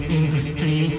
industry